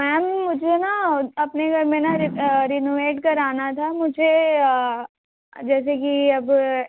ma'am मुझे ना अपने घर में ना रे रेनोवेट करना था मुझे जैसे कि अब